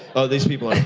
oh, these people like